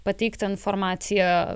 pateiktą informaciją